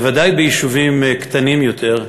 בוודאי יישובים קטנים יותר,